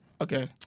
Okay